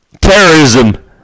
terrorism